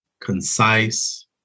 concise